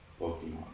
Pokemon